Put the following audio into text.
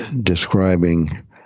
describing